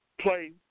play